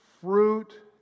fruit